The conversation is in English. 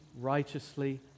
righteously